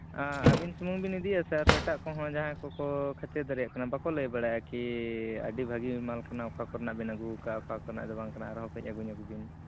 ᱟᱹᱵᱤᱱ ᱥᱩᱢᱩᱝ ᱵᱤᱱ ᱤᱫᱤᱭᱟ ᱥᱮ ᱟᱨᱦᱚᱸ ᱮᱴᱟᱜ ᱠᱚᱦᱚᱸ ᱡᱟᱦᱟᱸᱭ ᱠᱚᱠᱚ ᱠᱷᱟᱹᱛᱤᱨ ᱫᱟᱲᱮᱭᱟᱜ ᱠᱟᱱᱟ ᱵᱟᱠᱚ ᱞᱟᱹᱭ ᱵᱟᱲᱟᱭᱮᱜᱼᱟ ᱠᱤ ᱟᱹᱰᱤ ᱵᱷᱟᱹᱜᱤ ᱢᱟᱞ ᱠᱟᱱᱟ ᱚᱠᱟ ᱠᱚᱨᱮᱱᱟᱜ ᱵᱮᱱ ᱟᱹᱜᱩᱣᱟᱠᱟᱜᱼᱟ ᱚᱠᱟ ᱠᱚᱨᱮᱱᱟᱜ ᱫᱚ ᱵᱟᱝ ᱠᱟᱱᱟ ᱟᱨᱦᱚᱸ ᱠᱟᱺᱪ ᱟᱹᱜᱩ ᱧᱚᱜᱽ ᱵᱤᱱ